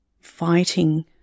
fighting